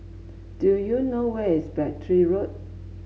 do you know where is Battery Road